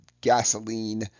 gasoline